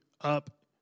up